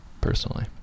personally